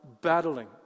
battling